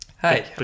Hey